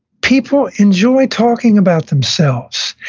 people enjoy talking about themselves,